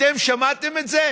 אתם שמעתם את זה?